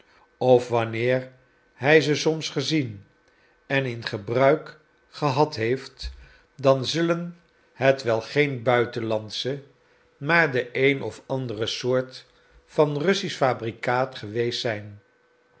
of wanneer hij ze soms gezien en in gebruik gehad heeft dan zullen het wel geen buitenlandsche maar de een of andere soort van russisch fabrikaat geweest zijn